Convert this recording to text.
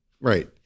right